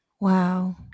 Wow